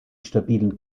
stabilen